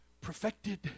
perfected